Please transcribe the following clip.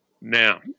Now